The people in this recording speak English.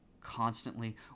Constantly